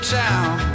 town